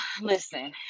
listen